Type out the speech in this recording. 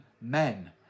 men